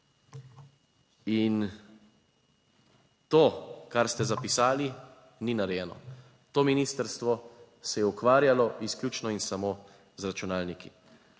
In to, kar ste zapisali, ni narejeno. To ministrstvo se je ukvarjalo izključno in samo z računalniki.